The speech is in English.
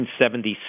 1976